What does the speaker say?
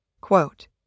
Quote